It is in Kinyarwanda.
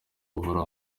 buhoraho